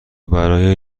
برای